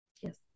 Yes